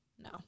no